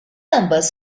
ambas